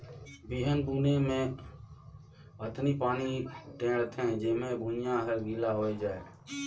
बिहन बुने मे अतनी पानी टेंड़ थें जेम्हा भुइयां हर गिला होए जाये